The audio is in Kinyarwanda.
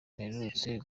mperutse